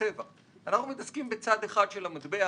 מתעסקים בצד של המטבע